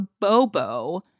bobo